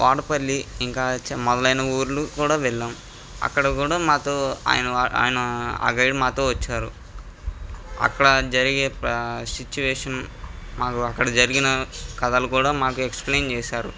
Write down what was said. వాడపల్లి ఇంకా మొదలైన ఊర్లు కూడా వెళ్ళాం అక్కడ కూడా మాతో ఆయన ఆయన ఆ గైడ్ మాతో వచ్చారు అక్కడ జరిగే సిట్యుయేషన్ మాకు అక్కడ జరిగిన కథలు కూడా మాకు ఎక్సప్లయిన్ చేశారు